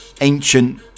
ancient